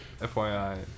FYI